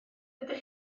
ydych